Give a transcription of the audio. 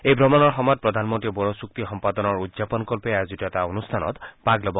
এই ভ্ৰমণৰ সময়ত প্ৰধানমন্ত্ৰীয়ে বড়ো চুক্তি সম্পাদনৰ উদযাপনকল্পে আয়োজিত এটা অনুষ্ঠানত ভাগ লব